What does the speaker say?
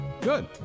good